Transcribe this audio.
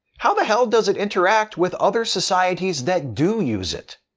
how the hell does it interact with other societies that do use it,